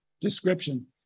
description